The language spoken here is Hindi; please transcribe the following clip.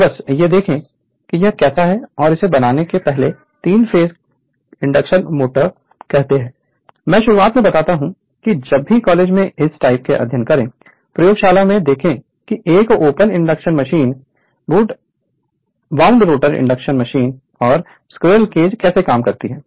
और बस यह देखें कि यह कैसा है और इसे बनाने से पहले 3 फेस इंडक्शन मोटर कहते हैं मैं शुरुआत में बताता हूं कि जब भी कॉलेज में इस टॉपिक का अध्ययन करें प्रयोगशाला में देखें कि एक open induction machine wound rotor induction machine और स्क्विरल केज कैसे काम करती है